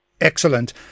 Excellent